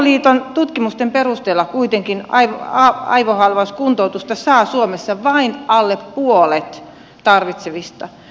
aivoliiton tutkimusten perusteella kuitenkin aivohalvauskuntoutusta saa suomessa vain alle puolet tarvitsevista